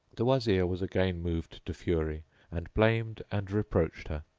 the wazir was again moved to fury and blamed and reproached her,